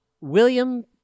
William